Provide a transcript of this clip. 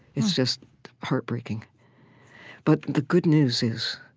it's just heartbreaking but the good news is,